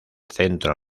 centro